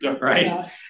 right